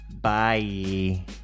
bye